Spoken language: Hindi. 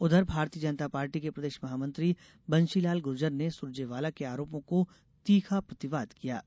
उधर भारतीय जनता पार्टी के प्रदेश महामंत्री बंशीलाल गुर्जर ने सूरजेवाला के आरोपों को तीखा प्रतिवाद किया है